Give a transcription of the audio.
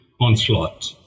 onslaught